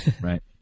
right